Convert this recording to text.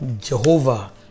Jehovah